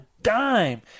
Dime